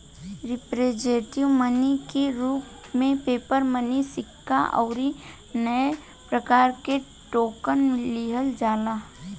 representative money के रूप में पेपर मनी सिक्का अउरी अन्य प्रकार के टोकन लिहल जाला